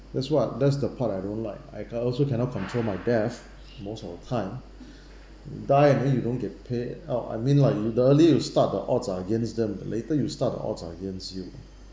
that's what that's the part I don't like I can also cannot control my death most of the time um died and then you don't get pay out I mean like you the early you start the odds are against them the later you start the odds are against you